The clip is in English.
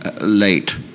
late